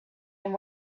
and